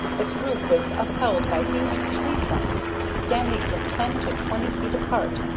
its roof was upheld by huge tree-trunks standing from ten to twenty feet apart,